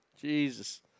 Jesus